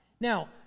Now